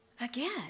again